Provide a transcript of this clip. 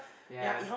yea